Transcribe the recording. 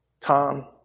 Tom